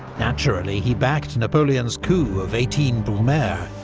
naturally, he backed napoleon's coup of eighteen brumaire,